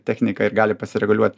techniką ir gali pasireguliuot